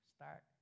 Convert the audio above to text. start